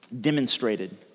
demonstrated